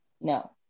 no